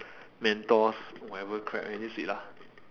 mentos whatever crap any sweet lah